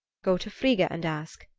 go to frigga and ask.